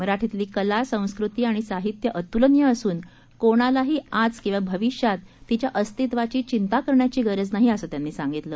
मराठीतली कला संस्कृती आणि साहित्य अतुलनीय असून कोणालाही आज किंवा भविष्यात तिच्या अस्तित्वाची चिंता करण्याची गरज नाही असं त्यांनी सांगितलं